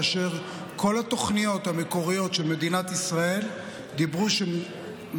לפי כל התוכניות המקוריות של מדינת ישראל מצב